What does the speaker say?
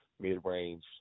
mid-range